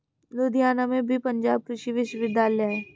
लुधियाना में भी पंजाब कृषि विश्वविद्यालय है